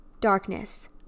darkness